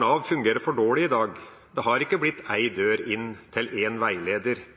Nav fungerer for dårlig i dag. Det har ikke blitt én dør inn til én veileder